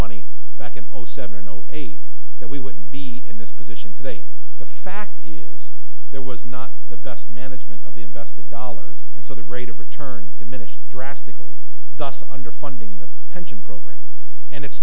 money back in zero seven zero eight that we wouldn't be in this position today the fact is there was not the best management of the invested dollars and so the rate of return diminished drastically thus underfunding the pension program and it's